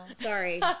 sorry